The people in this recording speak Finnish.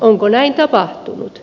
onko näin tapahtunut